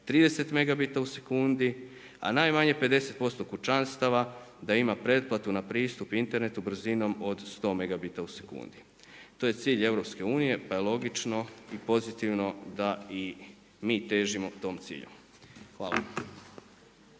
sekundi. A najmanje 50% kućanstava da ima pretplatu na pristup internetu brzinom od 100 megabita u sekundi. To je cilj EU, pa je logično i pozitivno da i mi težimo tom cilju. Hvala.